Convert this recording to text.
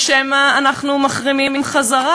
או שמא אנחנו מחרימים בחזרה,